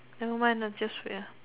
never mine lah just wait ah